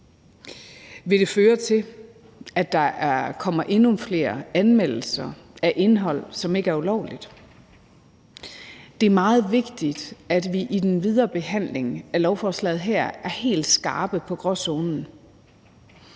Vil det føre til, at der kommer endnu flere anmeldelser om indhold, som ikke er ulovligt? Det er meget vigtigt, at vi i den videre behandling af det her lovforslag er helt skarpe på gråzonen.